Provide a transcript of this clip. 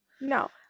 No